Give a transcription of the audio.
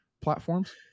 platforms